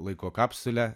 laiko kapsulę